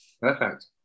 Perfect